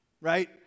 right